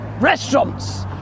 restaurants